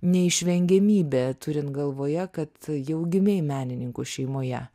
neišvengiamybė turint galvoje kad jau gimei menininkų šeimoje